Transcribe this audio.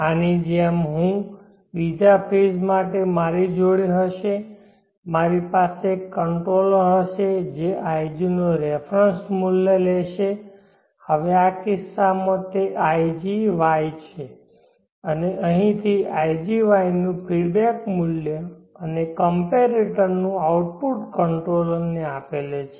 આની જેમ હું બીજા ફેઝ માટે મારી જોડે હશે મારી પાસે એક કંટ્રોલર હશે જે ig નો રેફરન્સ મૂલ્ય લેશે હવે આ કિસ્સામાં તે igY છે અને અહીંથી igY નું ફીડબેક મૂલ્ય અને કંપેરેટર નું આઉટપુટ કંટ્રોલર ને આપેલ છે